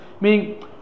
meaning